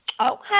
Okay